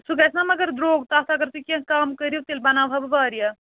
سُہ گژھِ نا مگر درٛۅگ تَتھ اَگر تُہۍ کیٚنٛہہ کَم کٔرِو تیٚلہِ بَناوٕہا بہٕ واریاہ